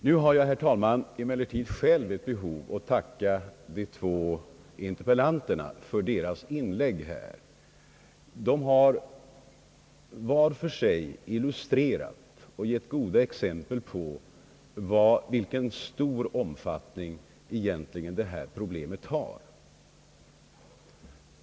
Nu känner jag emellertid själv, herr talman, ett behov att tacka frågeställarna för deras inlägg. De har båda med goda exempel illustrerat vilken stor omfattning problemet med engångsförpackningarna egentligen har.